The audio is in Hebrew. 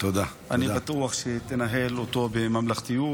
אני בטוח שתנהל אותו בממלכתיות,